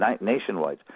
nationwide